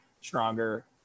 stronger